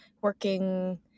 working